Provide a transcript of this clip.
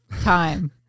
time